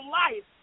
life